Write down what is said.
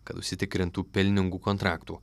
kad užsitikrintų pelningų kontraktų